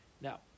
Now